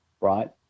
right